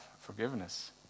forgiveness